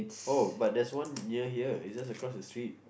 oh but there's one near here it's just across the street